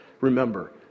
Remember